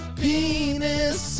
penis